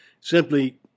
Simply